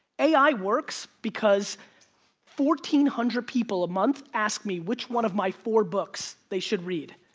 a i. works because fourteen hundred people a month ask me which one of my four books they should read.